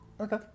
okay